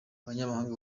abanyamahanga